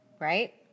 Right